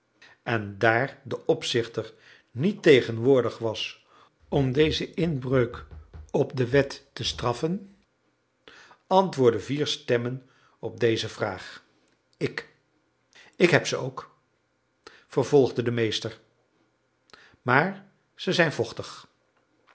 en daar de opzichter niet tegenwoordig was om deze inbreuk op de wet te straffen antwoordden vier stemmen op deze vraag ik ik heb ze ook vervolgde de meester maar zij zijn vochtig